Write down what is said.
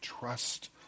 trust